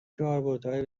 کاربردهای